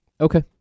Okay